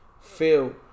feel